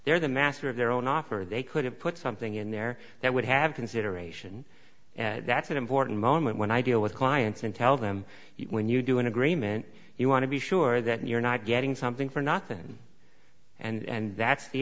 they're the master of their own offer or they could have put something in there that would have consideration and that's an important moment when i deal with clients and tell them when you do an agreement you want to be sure that you're not getting something for nothing and that's the